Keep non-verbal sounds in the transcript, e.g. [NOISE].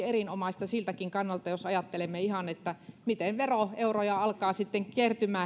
[UNINTELLIGIBLE] erinomaista siltäkin kannalta jos ajattelemme miten heidän työstänsä alkaa sitten kertyä [UNINTELLIGIBLE]